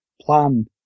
plan